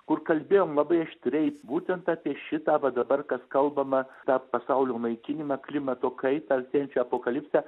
kur kalbėjom labai aštriai būtent apie šitą va dabar kas kalbama tą pasaulio naikinimą klimato kaitą artėjančią apokalipsę